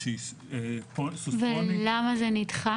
אלו"ט יובל וגנר יו"ר עמותת נגישות